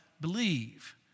believe